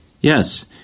Yes